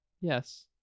Yes